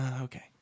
okay